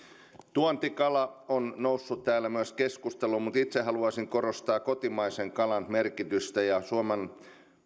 tuontikala on noussut täällä myös keskusteluun mutta itse haluaisin korostaa kotimaisen kalan merkitystä ja suomen